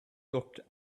looked